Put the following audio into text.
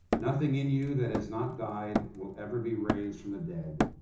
nothing in you that has not died will ever be raised from the dead.